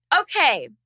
Okay